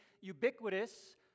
ubiquitous